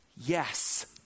Yes